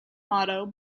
motto